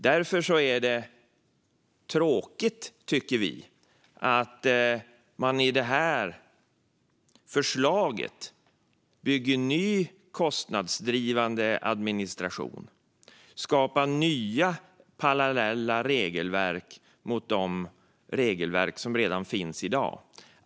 Därför är det tråkigt, tycker vi, att man i det här förslaget bygger ny kostnadsdrivande administration och skapar nya regelverk som är parallella med de regelverk som redan finns.